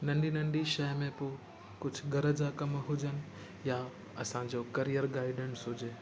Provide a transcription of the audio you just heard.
नंढी नंढी शइ में पोइ कुझु घर जा कमु हुजनि या असांजो करीअर गाइडेन्स हुजे